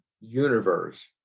universe